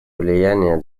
влияние